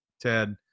Ted